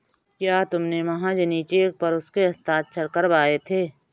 क्या तुमने महाजनी चेक पर उसके हस्ताक्षर करवाए थे?